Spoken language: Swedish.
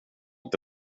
inte